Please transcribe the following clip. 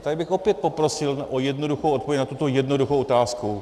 Tady bych opět poprosil o jednoduchou odpověď na tuto jednoduchou otázku.